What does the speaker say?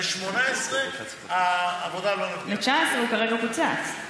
ב-2018 העבודה לא, ב-2019, הוא כרגע קוצץ.